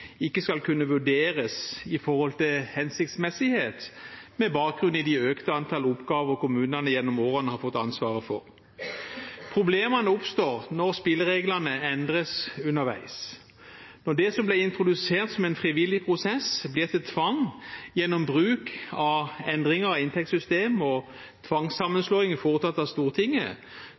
ikke skal kunne vurderes med tanke på hensiktsmessighet, med bakgrunn i det økte antall oppgaver kommunene gjennom årene har fått ansvaret for. Problemene oppstår når spillereglene endres underveis. Når det som ble introdusert som en frivillig prosess, blir til tvang gjennom bruk av endringer i inntektssystem og tvangssammenslåing foretatt av Stortinget,